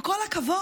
עם כל הכבוד,